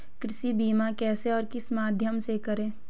कृषि बीमा कैसे और किस माध्यम से करें?